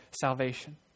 salvation